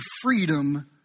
freedom